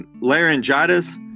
Laryngitis